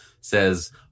says